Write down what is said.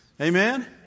Amen